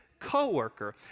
Coworker